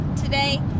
today